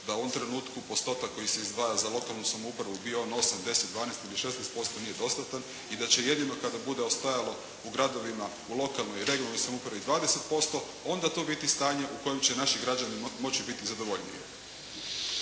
da u ovom trenutku postotak koji se izdvaja za lokalnu samoupravu, bio on 8, 10, 12 ili 16% nije dostatan i da će jedino kada bude ostajalo u gradovima u lokalnoj i regionalnoj samoupravi 20%, onda to biti stanje u kojem će naši građani moći biti zadovoljniji.